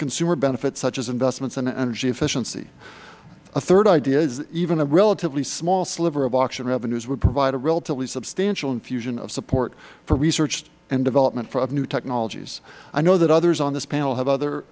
consumer benefit such as investments and energy efficiency a third idea is that even a relatively small sliver of auction revenues would provide a relatively substantial infusion of support for research and development of new technologies i know that others on this panel have other